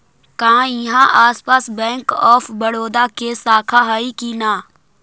का इहाँ आसपास बैंक ऑफ बड़ोदा के शाखा हइ का?